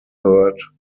third